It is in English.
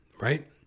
right